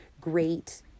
great